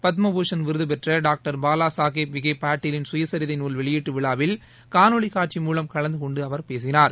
பத்ம பூஷன் விருது பெற்ற doctor Bala Saheb V K பாட்டீலின் சுயசரிதை நூல் வெளியீட்டு விழாவில் காணொளி காட்சி மூலம் கலந்து கொண்டு அவர் பேசினார்